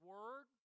Word